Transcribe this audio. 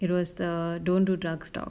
it was the don't do drugs talk